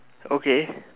okay